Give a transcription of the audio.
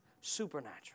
Supernatural